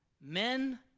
Men